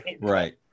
Right